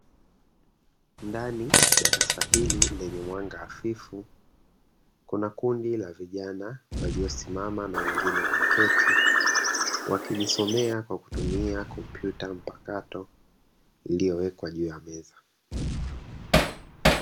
Ndani ya darasa hili lenye mwanga hafifu, kuna kundi la vijana waliosimama na wengine wameketi wakijisomea kwa kutumia kompyuta mpakato iliyowekwa juu ya meza.